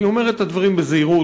אני אומר את הדברים בזהירות,